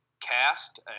cast